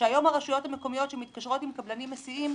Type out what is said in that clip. שהיום הרשויות המקומיות שמתקשרות עם קבלנים מסיעים,